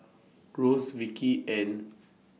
Ross Vicky and